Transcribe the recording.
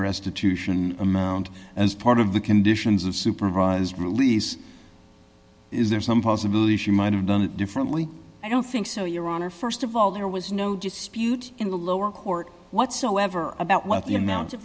restitution amount as part of the conditions of supervised release is there some possibility she might have done it differently i don't think so your honor st of all there was no dispute in the lower court whatsoever about what the amount of